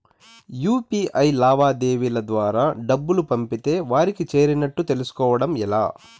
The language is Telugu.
యు.పి.ఐ లావాదేవీల ద్వారా డబ్బులు పంపితే వారికి చేరినట్టు తెలుస్కోవడం ఎలా?